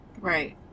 Right